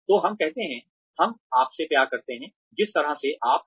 तो हम कहते हैं हम आपसे प्यार करते हैं जिस तरह से आप हैं